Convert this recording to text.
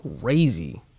crazy